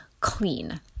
clean